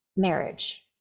Marriage